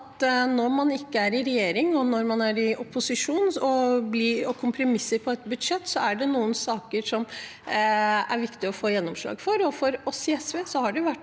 når man ikke er i regjering, og når man er i opposisjon og kompromisser på et budsjett, er det noen saker det er viktig å få gjennomslag for.